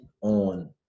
on